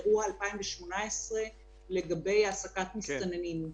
אירוע 2018 לגבי העסקת מסתננים.